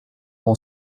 mon